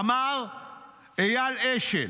ואמר אייל אשל,